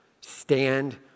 Stand